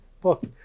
book